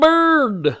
Bird